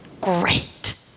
great